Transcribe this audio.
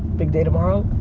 big day tomorrow,